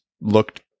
looked